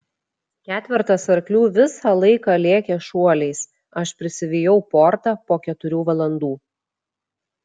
ketvertas arklių visą laiką lėkė šuoliais aš prisivijau portą po keturių valandų